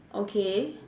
okay